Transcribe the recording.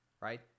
right